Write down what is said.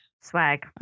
Swag